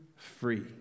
Free